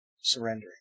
surrendering